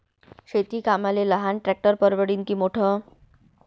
शेती कामाले लहान ट्रॅक्टर परवडीनं की मोठं?